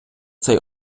цей